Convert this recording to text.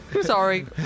Sorry